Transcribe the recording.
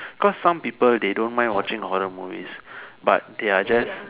cause some people they don't mind watching horror movies but they are just